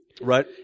right